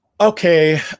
Okay